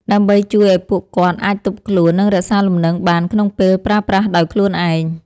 ដើម្បីជួយឱ្យពួកគាត់អាចទប់ខ្លួន និងរក្សាលំនឹងបានក្នុងពេលប្រើប្រាស់ដោយខ្លួនឯង។